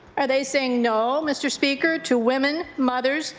are they saying no, mr. speaker, to women, mothers,